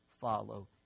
follow